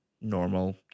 normal